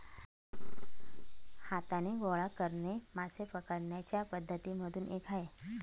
हाताने गोळा करणे मासे पकडण्याच्या पद्धती मधून एक आहे